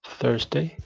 Thursday